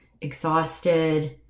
exhausted